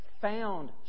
found